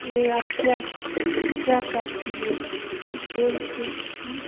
ये आप क्या क्या कर दिए बोलते